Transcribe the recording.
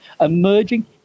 emerging